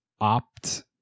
opt